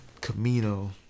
Camino